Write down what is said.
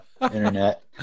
Internet